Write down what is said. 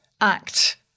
act